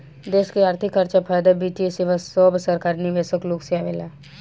देश के अर्थिक खर्चा, फायदा, वित्तीय सेवा सब सरकारी निवेशक लोग से आवेला